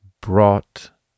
brought